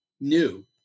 new